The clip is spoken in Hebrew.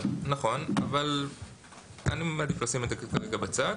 נכון, אבל אני מעדיף לשים את זה כרגע בצד